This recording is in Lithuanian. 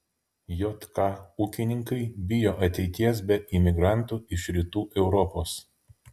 jk ūkininkai bijo ateities be imigrantų iš rytų europos